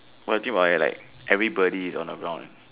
or you think about it like everybody is on the ground